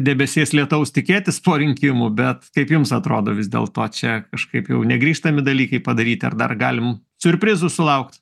debesies lietaus tikėtis po rinkimų bet kaip jums atrodo vis dėl to čia kažkaip jau negrįžtami dalykai padaryti ar dar galim siurprizų sulaukt